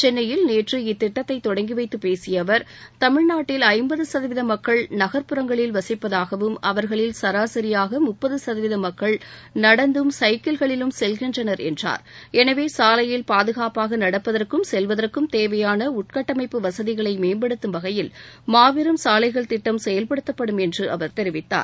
சென்னையில் நேற்று இத்திட்டத்தை தொடங்கிவைத்து பேசிய அவர் தமிழ்நாட்டில்ட ஐம்பது சதவீத மக்கள் நகர்ப்புறங்களில் வசிப்பதாகவும் அவர்களில் சராசரியாக முப்பது சகதவீத மக்கள் நடந்தும் சைக்கிள்களிலும் செல்கின்றன என்றார் எனவே சாலையில் பாதுகாப்பாக நடப்பதற்கும் செல்வதற்கும் தேவையான உள்கட்டமைப்பு வசதிகளை மேம்படுத்தும் வகையில் மாபெரும் சாலைகள் திட்டம் செயல்படுத்தப்படும் என்று அவர் கூறினார்